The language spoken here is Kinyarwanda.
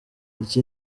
iki